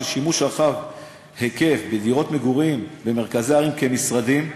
שימוש רחב-היקף בדירות מגורים במרכזי ערים כמשרדים,